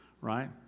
Right